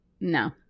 no